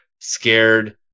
scared